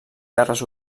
terres